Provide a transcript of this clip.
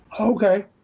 Okay